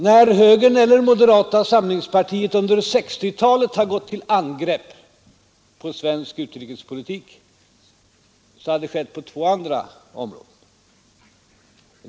När högern eller moderata samlingspartiet under 1960-talet har gått till angrepp på svensk utrikespolitik, har det skett på två andra områden.